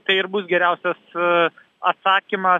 tai ir bus geriausias atsakymas